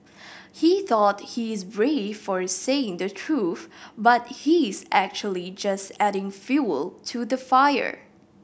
he thought he's brave for saying the truth but he's actually just adding fuel to the fire